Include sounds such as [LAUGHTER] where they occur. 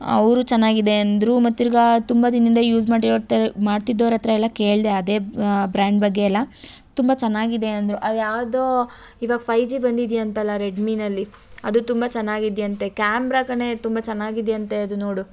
ಅವರು ಚೆನ್ನಾಗಿದೆ ಅಂದರು ಮತ್ತೆ ತಿರ್ಗಿ ತುಂಬ ದಿನದಿಂದ ಯೂಸ್ ಮಾಡಿರೋವ್ರ್ [UNINTELLIGIBLE] ಮಾಡ್ತಿದ್ದವ್ರ ಹತ್ರ ಎಲ್ಲ ಕೇಳಿದೆ ಅದೇ ಬ್ರ್ಯಾಂಡ್ ಬಗ್ಗೆ ಎಲ್ಲ ತುಂಬ ಚೆನ್ನಾಗಿದೆ ಅಂದರು ಅವು ಯಾವುದೋ ಇವಾಗ ಫೈವ್ ಜಿ ಬಂದಿದ್ಯಂತಲ್ಲಾ ರೆಡ್ಮಿನಲ್ಲಿ ಅದು ತುಂಬ ಚೆನ್ನಾಗಿದೆಯಂತೆ ಕ್ಯಾಮ್ರ ಕಣೇ ತುಂಬ ಚೆನ್ನಾಗಿದೆಯಂತೆ ಅದು ನೋಡು